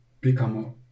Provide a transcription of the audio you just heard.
become